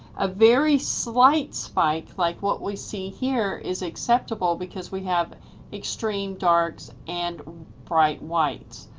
a very slight spike like what we see here is acceptable because we have extreme darks and bright whites.